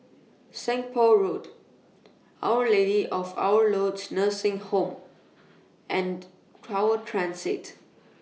Seng Poh Road Our Lady of Lourdes Nursing Home and Tower Transit